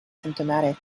symptomatic